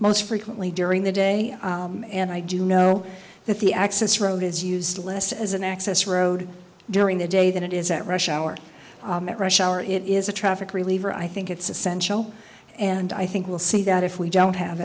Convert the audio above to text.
most frequently during the day and i do know that the access road is useless as an access road during the day than it is at rush hour at rush hour it is a traffic reliever i think it's essential and i think we'll see that if we don't have